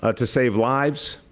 ah to save lives.